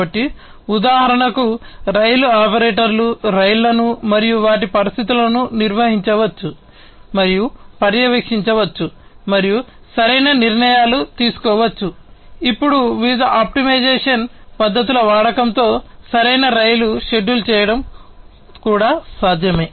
కాబట్టి ఉదాహరణకు రైలు ఆపరేటర్లు రైళ్లను మరియు వాటి పరిస్థితులను నిర్వహించవచ్చు మరియు పర్యవేక్షించవచ్చు మరియు సరైన నిర్ణయాలు తీసుకోవచ్చు ఇప్పుడు వివిధ ఆప్టిమైజేషన్ పద్ధతుల వాడకంతో సరైన రైలు షెడ్యూల్ చేయడం కూడా సాధ్యమే